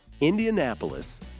Indianapolis